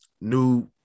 new